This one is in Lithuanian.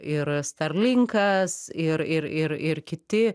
ir starlinkas ir ir ir ir kiti